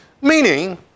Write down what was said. Meaning